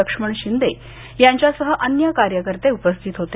लक्ष्मण शिंदे यांच्यासह अन्य कार्यकर्ते उपस्थित होते